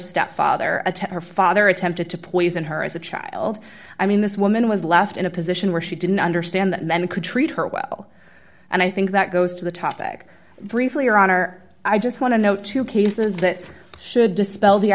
stepfather at her father attempted to poison her as a child i mean this woman was left in a position where she didn't understand that men could treat her well and i think that goes to the topic briefly your honor i just want to know two cases that should dispel the